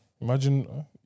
Imagine